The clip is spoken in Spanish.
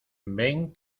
ven